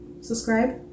subscribe